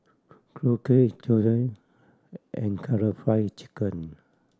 Korokke and Karaage Fried Chicken